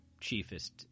chiefest